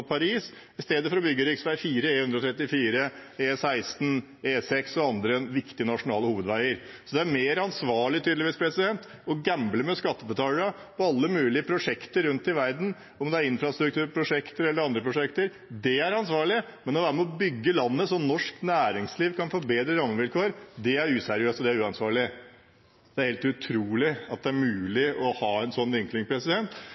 Paris i stedet for å bygge rv. 4, E134, E16, E6 og andre viktige nasjonale hovedveier. Så det er tydeligvis mer ansvarlig å gamble med skattebetalernes penger på alle mulige prosjekter rundt i verden, enten det er infrastrukturprosjekter eller andre prosjekter – det er ansvarlig, men å være med og bygge landet, så norsk næringsliv kan få bedre rammevilkår, det er useriøst og uansvarlig. Det er helt utrolig at det er